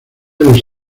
los